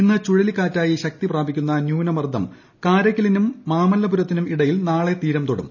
ഇന്ന് ചുഴലിക്കാറ്റായി ശക്തി പ്രാപിക്കുന്ന ന്യൂനമർദ്ദം കാരയ്ക്കലിലിനും മാമല്ലപുരത്തിനും ഇടയിൽ നാളെ തീരം തൊടും